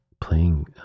playing